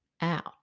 out